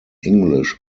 english